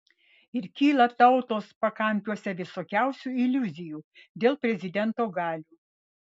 ir kyla tautos pakampiuose visokiausių iliuzijų dėl prezidento galių